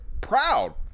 proud